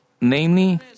Namely